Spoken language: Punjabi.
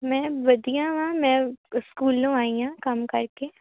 ਮੈਂ ਵਧੀਆ ਵਾਂ ਮੈਂ ਸਕੂਲੋਂ ਆਈ ਹਾਂ ਕੰਮ ਕਰਕੇ